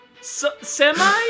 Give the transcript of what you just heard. Semi